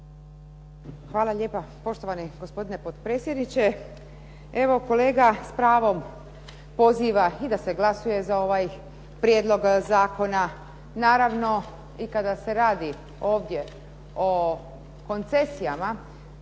Hvala lijepa poštovani gospodine potpredsjedniče. Evo kolega s pravom poziva i da se glasuje za ovaj prijedlog zakona. Naravno i kada se radi ovdje o koncesijama,